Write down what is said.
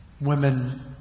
women